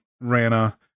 Rana